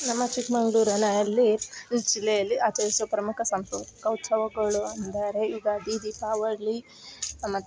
ನಮ್ಮ ಚಿಕ್ಕಮಗ್ಳೂರಿನಲ್ಲಿ ಜಿಲ್ಲೆಯಲ್ಲಿ ಆಚರಿಸುವ ಪ್ರಮುಖ ಸಂಪ್ರದಾಯಿಕ ಉತ್ಸವಗಳು ಅಂದರೆ ಯುಗಾದಿ ದೀಪಾವಳಿ ಮತ್ತು